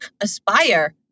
aspire